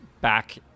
back